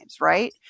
right